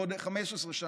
בעוד 15 שנה,